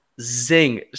Zing